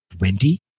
Wendy